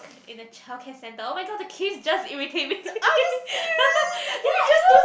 in a childcare centre oh-my-god the kids just irritate me ya i can't